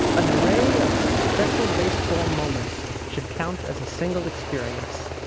an array of special baseball moments should count as a single experience.